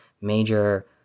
major